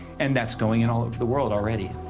and that's going in all over the world already.